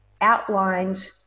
outlined